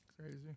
Crazy